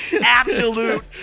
absolute